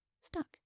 Stuck